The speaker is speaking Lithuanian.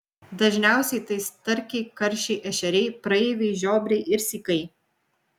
dažniausiai tai starkiai karšiai ešeriai praeiviai žiobriai ir sykai